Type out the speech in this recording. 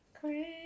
Crazy